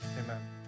Amen